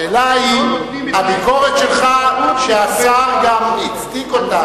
השאלה היא, הביקורת שלך, שהשר גם הצדיק אותה,